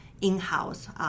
in-house